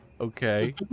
Okay